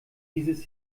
dieses